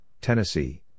Tennessee